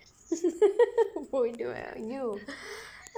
போயிடுவேன்:pooyiduveen !aiyo!